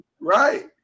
right